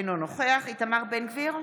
אינו נוכח איתמר בן גביר,